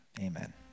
amen